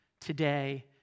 today